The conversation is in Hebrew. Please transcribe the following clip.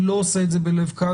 אני לא עושה את זה בלב קל,